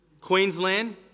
Queensland